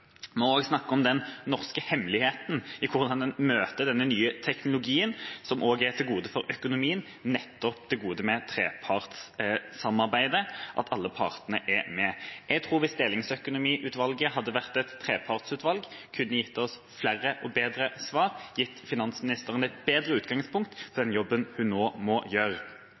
Og jeg snakker om «den norske hemmeligheten», om hvordan en møter denne nye teknologien, som også er et gode for økonomien, nettopp et gode med et trepartssamarbeid, at alle partene er med. Jeg tror at hvis Delingsøkonomiutvalget hadde vært et trepartsutvalg, kunne det gitt oss flere og bedre svar og gitt finansministeren et bedre utgangspunkt for den jobben hun nå må gjøre.